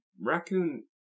raccoon